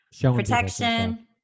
protection